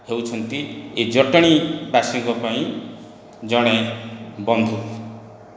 ହେଉଛନ୍ତି ଏ ଜଟଣୀ ବାସିଙ୍କ ପାଇଁ ଜଣେ ବନ୍ଧୁ